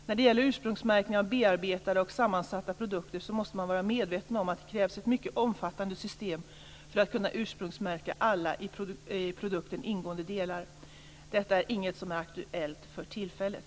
När det gäller ursprungsmärkning av bearbetade och sammansatta produkter så måste man vara medveten om att det krävs ett mycket omfattande system för att kunna ursprungsmärka alla i produkten ingående delar. Detta är inget som är aktuellt för tillfället.